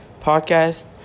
Podcast